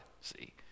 see